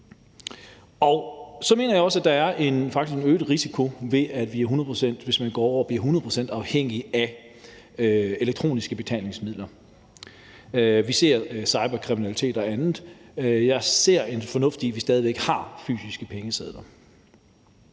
hvis man går over og bliver et hundrede procent afhængige af elektroniske betalingsmidler. Vi ser cyberkriminalitet og andet, og jeg ser en fornuft i, at vi stadig har fysiske pengesedler.